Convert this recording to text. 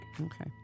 Okay